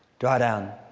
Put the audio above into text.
drawdown.